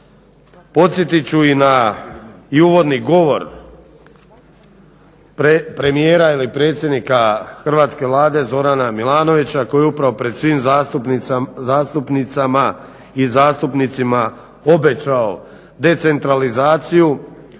Podsjetit ću i na i uvodni govor premijera ili predsjednika hrvatske Vlade Zorana Milanovića koji je upravo pred svim zastupnicama i zastupnicima obećao decentralizaciju,